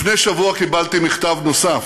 לפני שבוע קיבלתי מכתב נוסף,